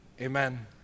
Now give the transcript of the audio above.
Amen